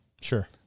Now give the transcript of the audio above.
Sure